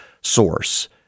source